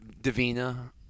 Davina